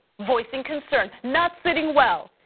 voicing concern, not sitting well,